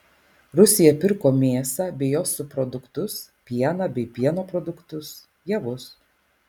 rusija pirko mėsą bei jos subproduktus pieną bei pieno produktus javus